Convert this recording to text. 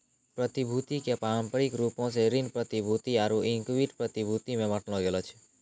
प्रतिभूति के पारंपरिक रूपो से ऋण प्रतिभूति आरु इक्विटी प्रतिभूति मे बांटलो गेलो छै